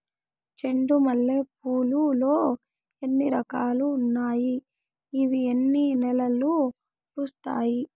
చెండు మల్లె పూలు లో ఎన్ని రకాలు ఉన్నాయి ఇవి ఎన్ని నెలలు పూస్తాయి